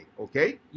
okay